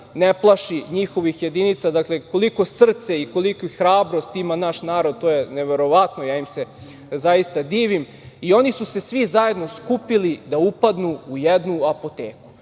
ne plaši njihovih jedinica, dakle, koliko srce i koliku hrabrost ima naš narod to je neverovatno, ja im se zaista divim i oni su se svi zajedno skupili da upadnu u jednu apoteku.